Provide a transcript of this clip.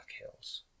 Hills